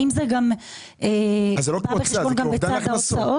האם זה גם בא בחשבון בצד ההוצאות?